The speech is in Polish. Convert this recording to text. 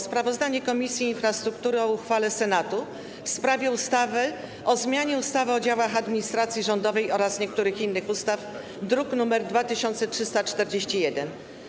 Sprawozdanie Komisji Infrastruktury o uchwale Senatu w sprawie ustawy o zmianie ustawy o działach administracji rządowej oraz niektórych innych ustaw, druk nr 2341.